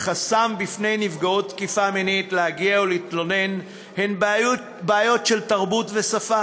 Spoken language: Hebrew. חסם בפני נפגעות תקיפה מינית מלהגיע ולהתלונן הן בעיות של תרבות ושפה.